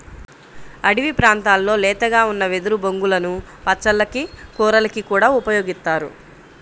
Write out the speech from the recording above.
అడివి ప్రాంతాల్లో లేతగా ఉన్న వెదురు బొంగులను పచ్చళ్ళకి, కూరలకి కూడా ఉపయోగిత్తారు